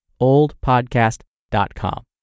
oldpodcast.com